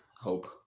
hope